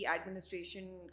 administration